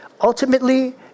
Ultimately